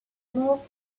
moved